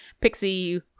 pixie